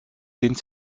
dehnt